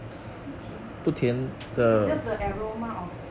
不甜就 it's just the aroma of